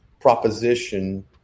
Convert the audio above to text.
proposition